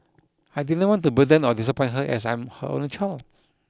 I didn't want to burden or disappoint her as I'm her only child